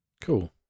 cool